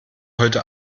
heute